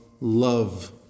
love